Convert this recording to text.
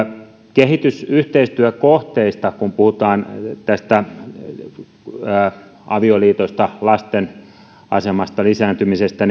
kehitysyhteistyökohteilta kun puhutaan avioliitoista lasten asemasta tai lisääntymisestä